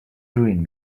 ruin